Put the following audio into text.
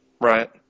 Right